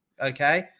okay